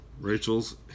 Rachel's